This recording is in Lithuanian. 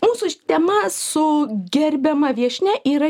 mūsų ši tema su gerbiama viešnia yra